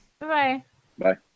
Bye-bye